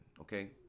Okay